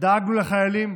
דאגנו לחיילים,